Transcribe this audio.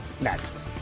next